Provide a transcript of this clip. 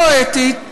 לא אתית,